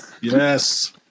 Yes